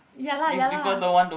ya lah ya lah